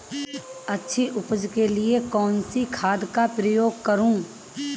अच्छी उपज के लिए कौनसी खाद का उपयोग करूं?